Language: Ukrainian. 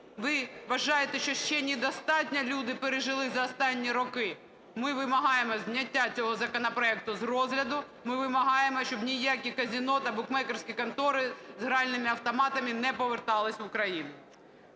Ви вважаєте, що ще недостатньо люди пережили за останні роки? Ми вимагаємо зняття цього законопроекту з розгляду. Ми вимагаємо, щоб ніякі казино та букмекерські контори з гральними автоматами не поверталися в Україну.